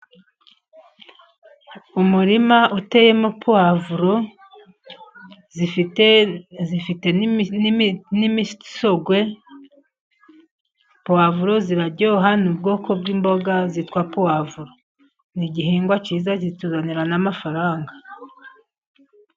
Umurima uteyemo pavuro zifite imisogwe, pavuro ziraryoha ni ubwoko bw'imboga zitwa pavuro ni igihingwa cyiza zituzanira n'amafaranga.